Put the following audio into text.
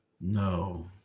No